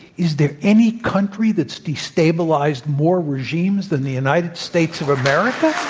is there any country that's destabilized more regimes than the united states of america?